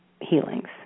healings